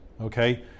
okay